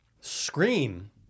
Scream